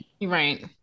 Right